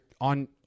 on